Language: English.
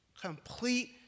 Complete